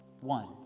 One